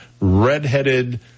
red-headed